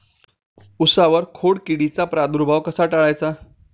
उसावर खोडकिडीचा प्रादुर्भाव कसा टाळायचा?